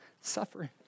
suffering